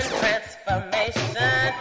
transformation